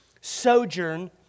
sojourn